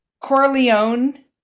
Corleone